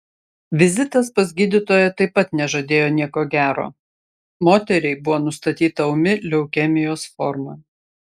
vizitas pas gydytoją taip pat nežadėjo nieko gero moteriai buvo nustatyta ūmi leukemijos forma